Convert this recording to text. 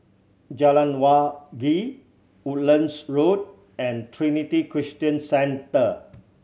Jalan Wangi Woodlands Road and Trinity Christian Centre